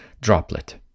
droplet